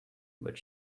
but